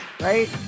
right